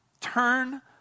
turn